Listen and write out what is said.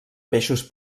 peixos